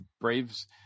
Braves